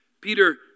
Peter